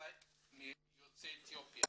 יוצאי אתיופיה